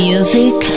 Music